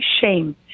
shame